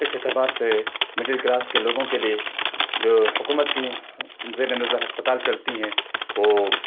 اس اعتبار سے middle class کے لوگوں کے لیے جو حکومت کی زیرِ نظر ہسپتال چلتی ہیں وہ